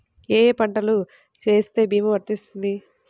ఏ ఏ పంటలు వేస్తే భీమా వర్తిస్తుంది?